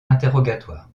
interrogatoires